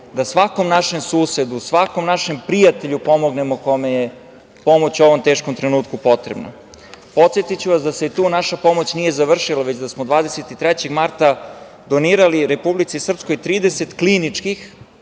da svakom našem susedu, svakom našem prijatelju pomognemo kome je pomoć u ovom teškom trenutku potrebna. Podsetiću vas da se tu naša pomoć nije završila, već da smo 23. marta donirali Republici Srpskoj 30 kliničkih